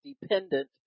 dependent